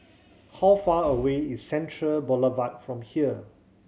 how far away is Central Boulevard from here